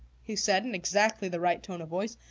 he said, in exactly the right tone of voice.